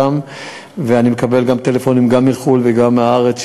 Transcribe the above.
ואני מקבל טלפונים גם מחו"ל וגם מהארץ,